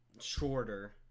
shorter